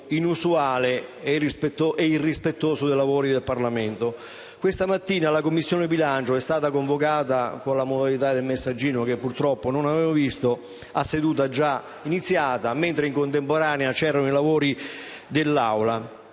inusuale e irrispettoso del lavoro del Parlamento. Questa mattina la Commissione bilancio è stata convocata con la modalità del messaggino - che purtroppo non ho visto - a seduta già iniziata, mentre in contemporanea erano in corso i lavori